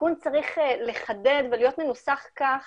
שהתיקון צריך לחדד ולהיות מנוסח כך